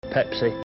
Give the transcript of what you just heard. Pepsi